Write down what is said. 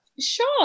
sure